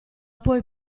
poi